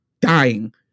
dying